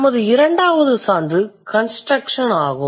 நமது இரண்டாவது சான்று construction ஆகும்